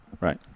Right